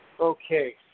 Okay